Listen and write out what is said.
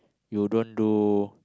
you don't do